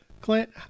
Clint